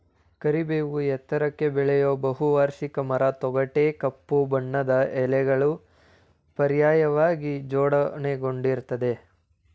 ಕರಿಬೇವು ಎತ್ತರಕ್ಕೆ ಬೆಳೆಯೋ ಬಹುವಾರ್ಷಿಕ ಮರ ತೊಗಟೆ ಕಪ್ಪು ಬಣ್ಣದ್ದು ಎಲೆಗಳು ಪರ್ಯಾಯವಾಗಿ ಜೋಡಣೆಗೊಂಡಿರ್ತದೆ